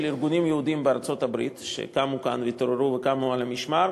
ארגונים יהודיים בארצות-הברית שקמו כאן והתעוררו ונעמדו על המשמר,